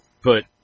put